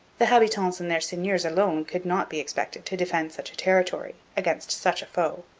the habitants and their seigneurs alone could not be expected to defend such a territory against such a foe.